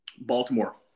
Baltimore